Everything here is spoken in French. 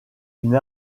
une